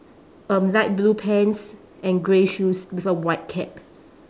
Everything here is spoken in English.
um light blue pants and grey shoes with a white cap